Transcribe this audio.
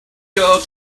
your